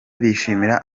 bishimira